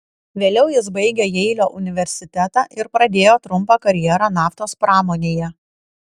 vėliau jis baigė jeilio universitetą ir pradėjo trumpą karjerą naftos pramonėje